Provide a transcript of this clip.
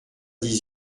dix